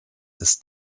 ist